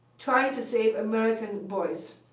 trying to save american boys.